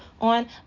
on